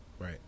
right